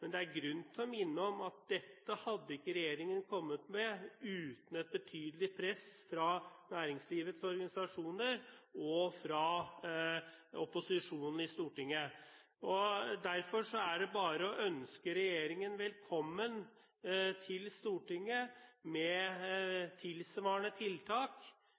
men det er grunn til å minne om at dette hadde ikke regjeringen kommet med uten et betydelig press fra næringslivets organisasjoner og fra opposisjonen i Stortinget. Derfor er det bare å ønske regjeringen velkommen til Stortinget med tilsvarende tiltak.